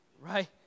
right